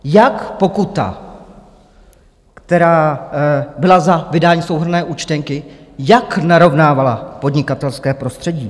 Jak pokuta, která byla za vydání souhrnné účtenky, jak narovnávala podnikatelské prostředí?